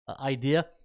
idea